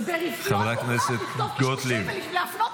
חברת הכנסת גוטליב.